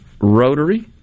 Rotary